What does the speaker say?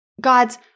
God's